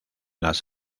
las